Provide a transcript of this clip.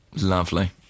Lovely